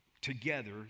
together